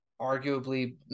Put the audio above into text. arguably